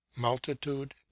multitude